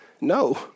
no